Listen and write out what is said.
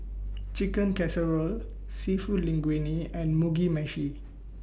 Chicken Casserole Seafood Linguine and Mugi Meshi